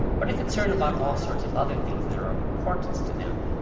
but a concern about all sorts of other things that are of importance to them.